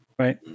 Right